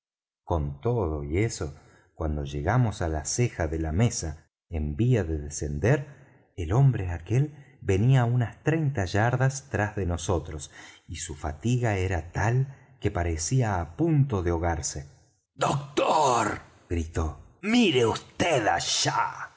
con todo y eso cuando llegamos á la ceja de la mesa en vía de descender el hombre aquel venía á unas treinta yardas tras de nosotros y su fatiga era tal que parecía á punto de ahogarse doctor gritó mire vd allá